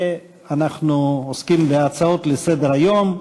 ואנחנו עוסקים בהצעות לסדר-היום.